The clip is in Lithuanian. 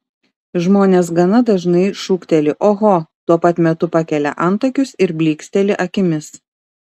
žmonės gana dažnai šūkteli oho tuo pat metu pakelia antakius ir blyksteli akimis